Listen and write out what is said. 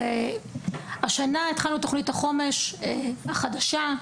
השנה התחלנו את תוכנית החומש החדשה.